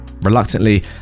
reluctantly